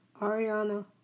Ariana